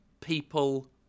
people